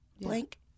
blank